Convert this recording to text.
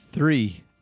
Three